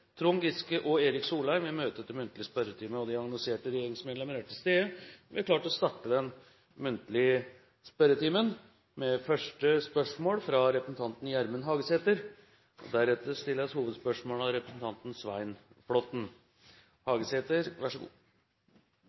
Trond Giske og Erik Solheim vil møte til muntlig spørretime. De annonserte regjeringsmedlemmene er til stede, og vi er klare til å starte den muntlige spørretimen. Vi starter med første hovedspørsmål, fra representanten Gjermund Hagesæter. Til kommunalministeren: Dei siste dagane har vi kunna lese og